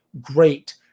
great